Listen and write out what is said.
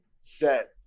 set